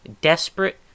desperate